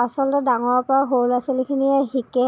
আচলতে ডাঙৰৰ পৰা সৰু ল'ৰা ছোৱালীখিনিয়ে শিকে